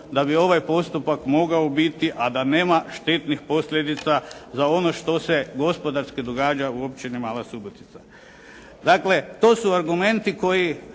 da bi ovaj postupak mogao biti a da nema štetnih posljedica za ono što se gospodarski događa u općini Mala Subotica. Dakle to su argumenti koji